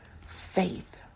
Faith